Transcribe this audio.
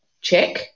check